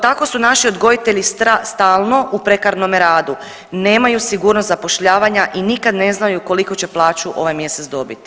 Tako su naši odgojitelji stalno u prekarnome radu, nemaju sigurnost zapošljavanja i nikad ne znaju koliku će plaću ovaj mjesec dobiti.